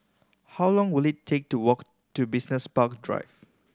how long will it take to walk to Business Park Drive